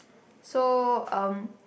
so um